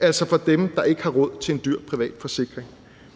altså for dem, der ikke har råd til en dyr privat forsikring.